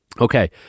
Okay